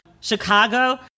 Chicago